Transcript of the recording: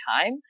time